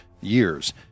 years